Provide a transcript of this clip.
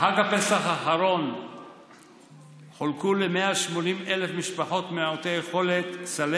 בחג הפסח האחרון חולקו ל-180,000 משפחות מעוטות יכולת סלי